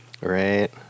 Right